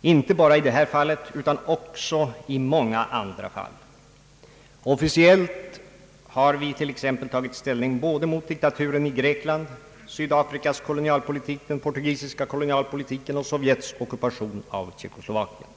inte bara i detta fall utan också i många andra fall. Officiellt har vi t.ex. tagit ställning mot både diktaturen i Grekland, Sydafrikas kolonialpolitik, den portugisiska kolonialpolitiken och Sovjets ockupation av Tjeckoslovakien.